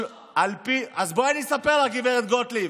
על פי, אז בואי אני אספר לך, גב' גוטליב.